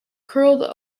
curled